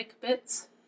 bits